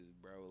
bro